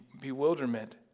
bewilderment